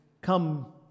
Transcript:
come